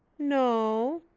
no,